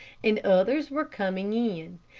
and others were coming in.